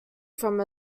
from